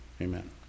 Amen